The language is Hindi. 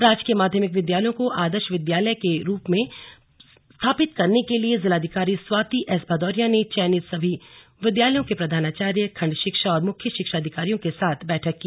राजकीय माध्यमिक विद्यालयों को आदर्श विद्यालय के रूप में स्थापित करने के लिए जिलाधिकारी स्वाति एस भदौरिया ने चयनित सभी विद्यालयों के प्रधानाचार्य खण्ड शिक्षा और मुख्य शिक्षा अधिकारियों के साथ बैठक की